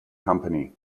company